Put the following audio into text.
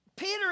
Peter